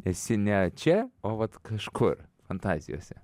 esi ne čia o vat kažkur fantazijose